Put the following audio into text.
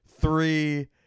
Three